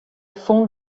fûn